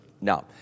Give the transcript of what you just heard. Now